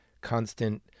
constant